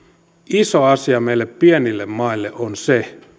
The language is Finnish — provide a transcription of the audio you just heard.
iso asia meille pienille maille on se